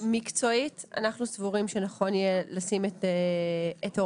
מקצועית אנחנו סבורים שנכון יהיה לשים את הוראת